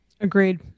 Agreed